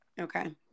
Okay